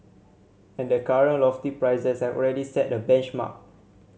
and the current lofty prices have already set a benchmark